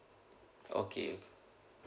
okay